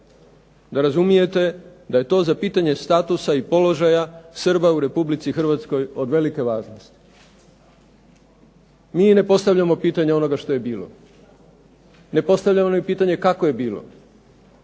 da razumijete da je to za pitanje statusa i položaja Srba u Republici Hrvatskoj od velike važnosti. Mi ne postavljamo pitanja onoga što je bilo, ne postavljamo ni pitanje kako je bilo,